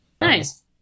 Nice